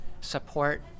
support